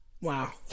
Wow